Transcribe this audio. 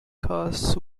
cost